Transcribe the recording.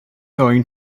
going